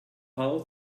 follow